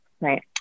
right